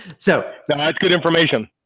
so yeah that's good information